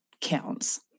counts